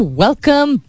welcome